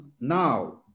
now